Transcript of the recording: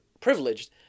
privileged